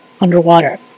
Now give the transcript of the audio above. underwater